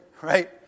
right